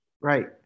Right